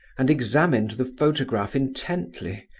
and examined the photograph intently,